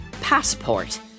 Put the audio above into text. passport